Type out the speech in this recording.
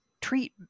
treat